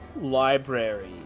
library